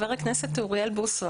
חבר הכנסת אוריאל בוסו,